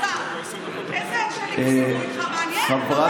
איזה מצביע הליכוד דיברו איתך, אדוני?